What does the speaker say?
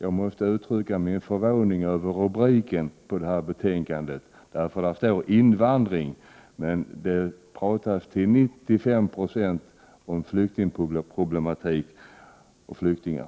måste jag uttala min förvåning över rubriken till det här betänkandet. Rubriken är Invandring. Men i betänkandet tar man till 95 96 upp flyktingproblem och flyktingar.